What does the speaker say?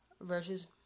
versus